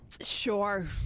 Sure